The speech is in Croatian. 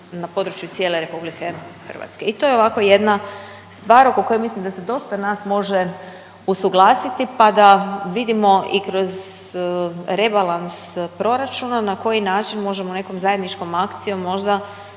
na području cijele RH. I to je ovako jedna stvar oko koje mislim da se dosta nas može usuglasiti pa da vidimo i kroz rebalans proračuna na koji način možemo nekom zajedničkom akcijom možda